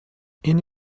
энэ